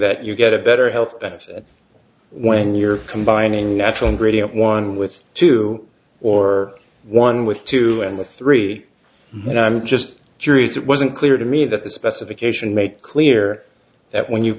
that you get a better health benefit when you're combining natural ingredient one with two or one with two and three and i'm just curious it wasn't clear to me that the specification make clear that when you